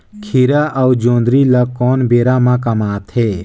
खीरा अउ जोंदरी ल कोन बेरा म कमाथे?